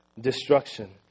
destruction